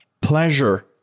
pleasure